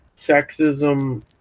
sexism